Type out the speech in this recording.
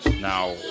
now